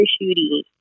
shooting